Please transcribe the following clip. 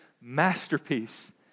masterpiece